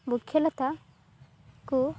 ବୃକ୍ଷଲତା କୁ